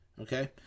Okay